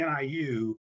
NIU